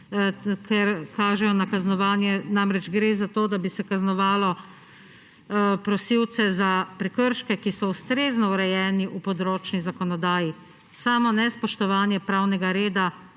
ker kažejo na kaznovanje. Gre za to, da bi se kaznovalo prosilce za prekrške, ki so ustrezno urejeni v področni zakonodaji. Samo nespoštovanje pravnega reda